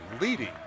leading